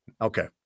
Okay